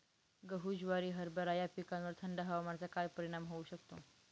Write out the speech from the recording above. गहू, ज्वारी, हरभरा या पिकांवर थंड हवामानाचा काय परिणाम होऊ शकतो?